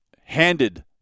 handed